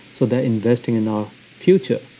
so they're investing in our future.